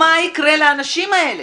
מה יקרה לאנשים האלה?